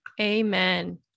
Amen